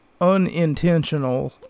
unintentional